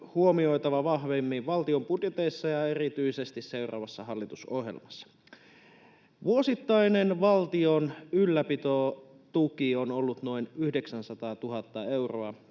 huomioitava vahvemmin valtion budjeteissa ja erityisesti seuraavassa hallitusohjelmassa. Vuosittainen valtion ylläpitotuki on ollut noin 900 000 euroa